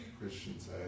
Christians